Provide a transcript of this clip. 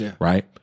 right